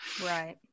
right